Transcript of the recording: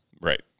Right